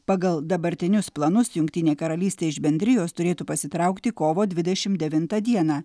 pagal dabartinius planus jungtinė karalystė iš bendrijos turėtų pasitraukti kovo dvidešim devintą dieną